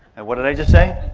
and what did i just say?